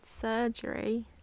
surgery